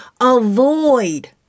avoid